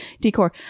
decor